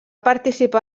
participar